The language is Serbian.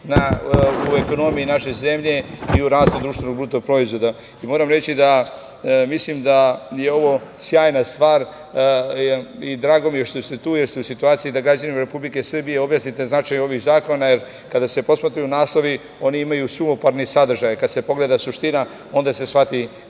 u ekonomiji naše zemlje i u rastu BDP-a. Moram reći da mislim da je ovo sjajna stvar i drago mi je što ste tu, jer ste u situaciji da građanima Republike Srbije objasnite značaj ovih zakona, jer kada se posmatraju naslovi oni imaju suvoparni sadržaj, kad se pogleda suština onda se tek shvati